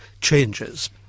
changes